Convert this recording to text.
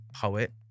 poet